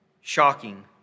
shocking